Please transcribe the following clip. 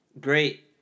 great